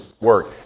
work